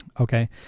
Okay